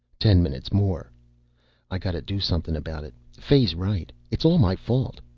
ten minutes more i gotta do something about it. fay's right. it's all my fault.